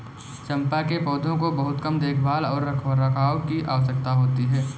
चम्पा के पौधों को बहुत कम देखभाल और रखरखाव की आवश्यकता होती है